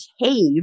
behave